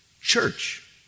church